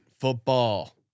football